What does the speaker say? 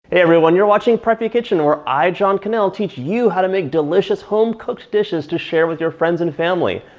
everyone, you're watching preppy kitchen where i john kanell teach you how to make delicious home-cooked dishes to share with your friends and family.